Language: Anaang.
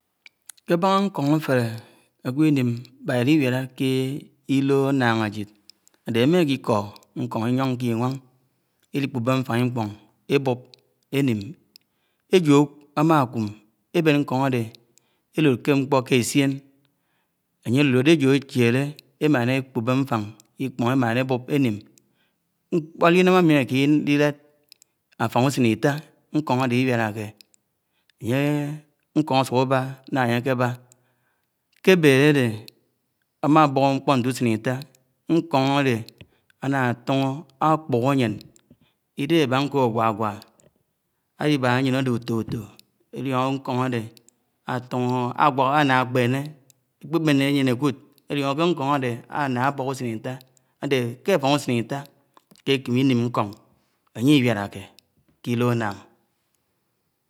kébàna ñkoni áfélé, ágwo̱ ínim m̃bãhá iliẁála ḱe llo ànñáng ajid áde émákiḱo ñkon ìyoñ ké Íwáṉ, elikpub́e ñfan Ìkp̀ong. ébob enim èjo āmaḱum, ében nko̱n áde. élo̱d ḱe ñkpo ḱe essién, ányé álo̱lo̱dē. ẽjo áćhèlé, émaña ékṕube ñfan Iḱpon. émáña ébob énim. álińam̃ ámi akẽme. ilĺad áfan úsen Ita, ñkon àde íwiĺaḱe, ńkon áśuk ába ńa ánge K̃eba k̃ebété. áde, ámáboh́o ńkpo ńte ùsen ìta, ñkon. áde ágatóhó aḱpuho̱ ayẽn Ídéhé àba̱. ñko ágwágwá áliba áyeñ ádé uto-uto, elio̱no̱ nḱon áde átońo, áwolo̱ áńah. akpenẽ, àkpebene ayen ákúd, álióno̱ ke. nkon áde anna ákaṕéne, ãlio̱no̱ ke nkon. ade ána ábo̱ho̱ usen Ìta, ãde k̃e áfañg úsen ita, ke kéne Inim nkọṉ ãnyẽ iwátàke ke llo annáng.